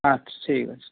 আচ্ছা ঠিক আছে